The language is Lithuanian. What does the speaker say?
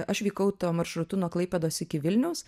aš vykau tuo maršrutu nuo klaipėdos iki vilniaus